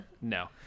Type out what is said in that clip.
No